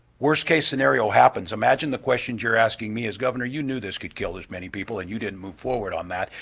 worst-case scenario happens, imagine the questions you're asking me as governor, you knew this could kill this many people and you didn't move forward on that.